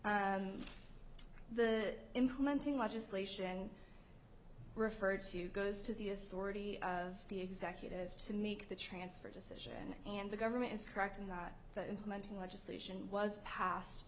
the implementing legislation referred to goes to the authority of the executive to meet the transfer decision and the government is correct in that implementing legislation was pas